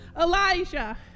Elijah